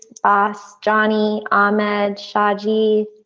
boss johnny ahmed, shahjee,